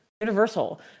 universal